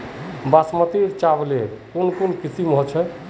बासमती चावल लार कुंसम करे किसम होचए?